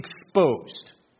exposed